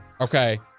Okay